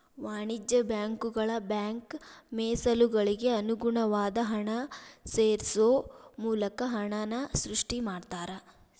ವಾಣಿಜ್ಯ ಬ್ಯಾಂಕುಗಳ ಬ್ಯಾಂಕ್ ಮೇಸಲುಗಳಿಗೆ ಅನುಗುಣವಾದ ಹಣನ ಸೇರ್ಸೋ ಮೂಲಕ ಹಣನ ಸೃಷ್ಟಿ ಮಾಡ್ತಾರಾ